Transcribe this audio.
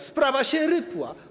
Sprawa się rypła.